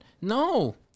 No